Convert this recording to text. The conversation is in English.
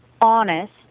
honest